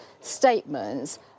statements